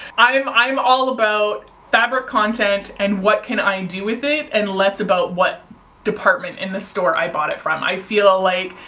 i'm, i'm all about fabric content and what can i do with it and less about what department in the store i bought it from. i feel like,